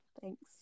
Thanks